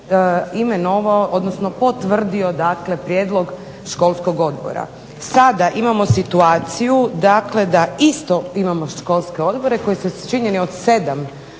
imenovao, odnosno potvrdio dakle prijedlog školskog odbora. Sada imamo situaciju da isto imamo školske odbore koji su sačinjeni od 7